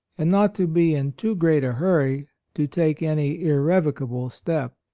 and not to be in too great a hurry to take any ir revocable step.